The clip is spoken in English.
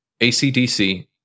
ACDC